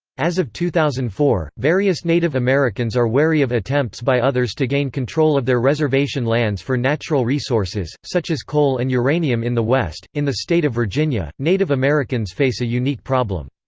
as of two thousand and four, various native americans are wary of attempts by others to gain control of their reservation lands for natural resources, such as coal and uranium in the west in the state of virginia, native americans face a unique problem.